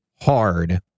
hard